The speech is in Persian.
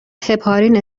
هپارین